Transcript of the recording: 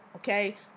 Okay